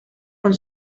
con